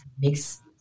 mix